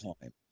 time